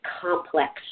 complex